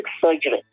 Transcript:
surgery